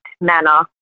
manner